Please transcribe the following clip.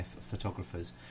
photographers